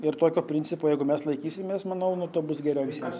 ir tokio principo jeigu mes laikysimės manau nuo to bus geriau visiems